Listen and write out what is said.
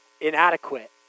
inadequate